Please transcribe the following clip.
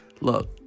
look